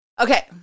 Okay